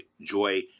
joy